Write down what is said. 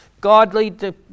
Godly